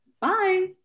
Bye